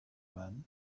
men